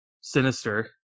sinister